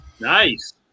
Nice